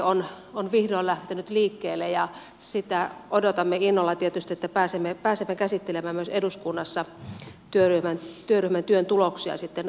varhaiskasvatuslaki on vihdoin lähtenyt liikkeelle ja sitä odotamme innolla tietysti että pääsemme käsittelemään myös eduskunnassa työryhmän työn tuloksia sitten aikanaan